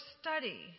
study